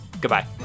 Goodbye